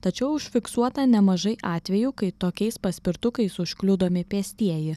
tačiau užfiksuota nemažai atvejų kai tokiais paspirtukais užkliudomi pėstieji